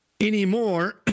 anymore